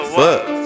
fuck